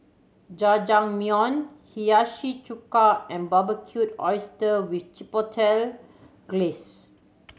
Jajangmyeon Hiyashi Chuka and Barbecued Oyster with Chipotle Glaze